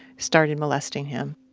started molesting him